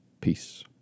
Peace